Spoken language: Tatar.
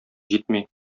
җитми